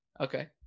Okay